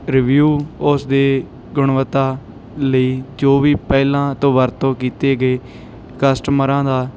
review ਉਸ ਦੀ ਗੁਣਵੱਤਾ ਲਈ ਜੋ ਵੀ ਪਹਿਲਾਂ ਤੋਂ ਵਰਤੋਂ ਕੀਤੇ ਗਏ ਕਸਟਮਰਾਂ ਦਾ